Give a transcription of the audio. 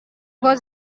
was